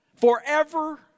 forever